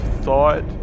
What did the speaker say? thought